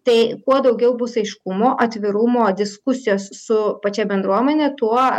tai kuo daugiau bus aiškumo atvirumo diskusijos su pačia bendruomene tuo